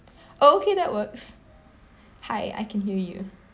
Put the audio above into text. oh okay that works hi I can hear you